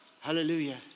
hallelujah